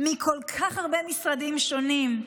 מכל כך הרבה משרדים שונים,